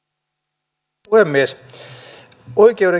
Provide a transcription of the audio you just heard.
arvoisa puhemies